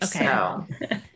Okay